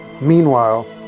Meanwhile